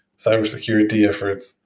cybersecurity efforts,